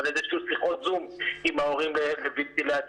ואיזשהן שיחות zoom עם ההורים לוונטילציה.